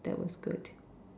that was good